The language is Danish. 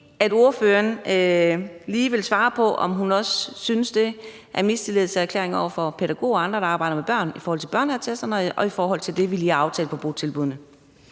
vil ordføreren måske lige svare på, om hun også synes, der er tale om mistillidserklæringer over for pædagoger og andre, der arbejder med børn, i forhold til børneattesten og i forhold til det, vi lige har aftalt, på botilbuddene?